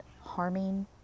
harming